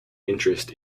interest